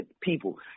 people